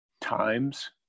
times